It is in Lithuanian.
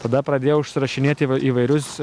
tada pradėjo užsirašinėt į įva įvairius